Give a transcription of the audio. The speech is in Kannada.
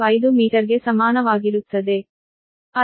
25 ಮೀಟರ್ಗೆ ಸಮಾನವಾಗಿರುತ್ತದೆ